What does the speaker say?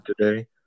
today